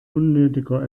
unnötiger